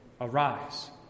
Arise